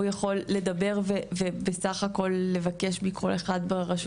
הוא יכול לדבר ובסך הכל לבקש מכל אחד ברשות